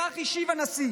לכך השיב הנשיא